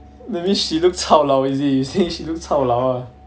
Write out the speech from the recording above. that means she look 超老 is it you say she look 超老